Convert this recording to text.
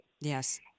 Yes